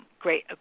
great